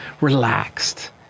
relaxed